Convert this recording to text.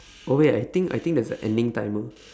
oh wait I think I think there's an ending timer